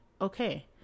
Okay